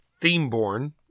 Themeborn